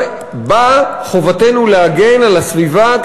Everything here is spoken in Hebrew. גם בה חובתנו להגן על הסביבה,